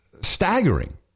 staggering